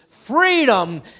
freedom